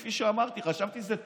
כפי שאמרתי, חשבתי שזה תואר.